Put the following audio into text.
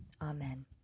Amen